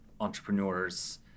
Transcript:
entrepreneurs